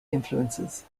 influences